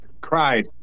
cried